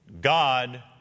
God